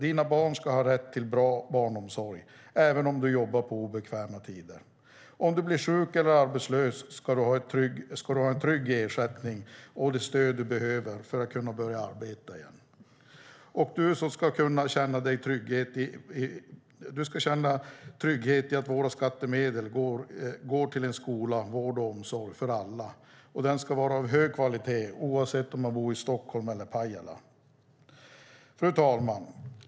Dina barn ska ha rätt till bra barnomsorg, även om du jobbar på obekväma tider. Om du blir sjuk eller arbetslös ska du ha en trygg ersättning och det stöd du behöver för att kunna börja arbeta igen. Du ska känna trygghet i att våra skattemedel går till skola, vård och omsorg för alla, och den ska vara av hög kvalitet, oavsett om man bor i Stockholm eller i Pajala. Fru talman!